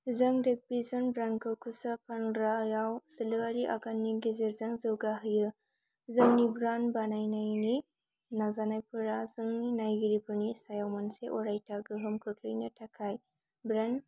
जों tech vision ब्रान्डखौ खुस्रा फानग्राआव सोलोआरि आगाननि गेजेरजों जौगाहोयो जोंनि ब्रान्ड बानायनायनि नाजानायफोरा जोंनि नायगिरिफोरनि सायाव मोनसे अरायथा गोहोम खोख्लैनो थाखाय ब्रान्ड